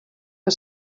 que